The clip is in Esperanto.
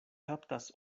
kaptas